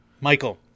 Michael